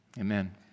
amen